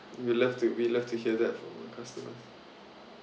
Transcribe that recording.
we love to we love to hear that from our customers